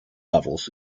levels